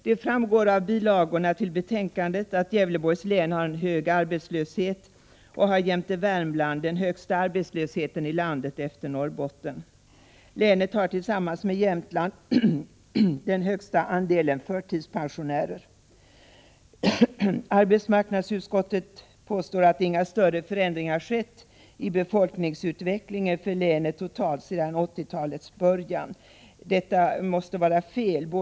Det framgår av bilagorna till betänkandet att Gävleborgs län har en hög arbetslöshet och jämte Värmland har den högsta arbetslösheten i landet efter Norrbotten. Länet har tillsammans med Jämtland den högsta andelen förtidspensionärer. Arbetsmarknadsutskottet påstår att ingen större förändring har skett i befolkningsutvecklingen för länet totalt sett sedan 1980-talets början.